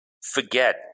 forget